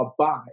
abide